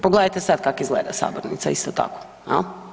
Pogledajte sad kako izgleda sabornica, isto tako jel.